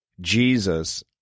jesus